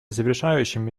завершающим